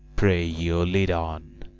pray you, lead on.